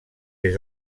des